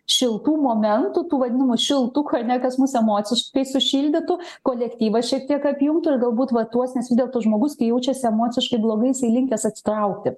šiltų momentų tų vadinamų šiltų kone kas mus emociškai sušildytų kolektyvas šiek tiek apjungtų ir galbūt vat tuos nes vis dėlto žmogus kai jaučiasi emociškai blogai jisai linkęs atsitraukti